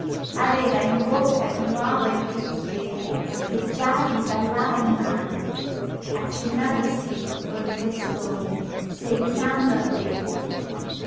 aveva in bocca di nuovo il bicchiere che già gli ballava in mano accennò di sí col testone seguitando a bere